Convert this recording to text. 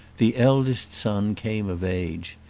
the eldest son came of age.